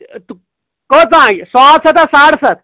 تہٕ کٔژ آنٛچہِ ساڑ سَتھ ہا ساڑٕ سَتھ